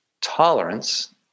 tolerance